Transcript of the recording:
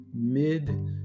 mid